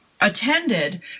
attended